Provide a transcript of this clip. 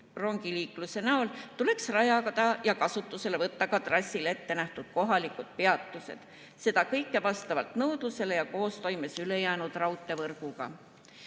rongiliikluse näol, tuleks rajada ja kasutusele võtta ka trassile ette nähtud kohalikud peatused. Seda kõike vastavalt nõudlusele ja koostoimes ülejäänud